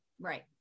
Right